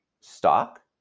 stock